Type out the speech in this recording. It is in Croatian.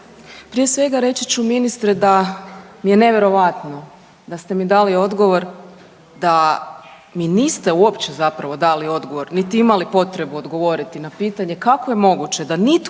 Prije svega reći ću ministre da mi je nevjerojatno da ste mi dali odgovor da mi niste uopće zapravo dali odgovor niti imali potrebu odgovoriti na pitanje kako je moguće da nitko